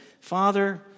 Father